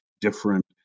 different